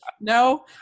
No